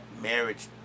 marriage